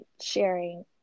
sharing